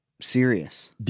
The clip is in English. serious